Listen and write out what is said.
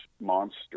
monster